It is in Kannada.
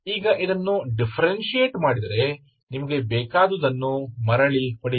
ಈಗ ಇದನ್ನು ಡಿಫರೆನ್ಶಿಯೇಟ್ ಮಾಡಿದರೆ ನಿಮಗೆ ಬೇಕಾದುದನ್ನು ಮರಳಿ ಪಡೆಯಿರಿ